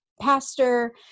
pastor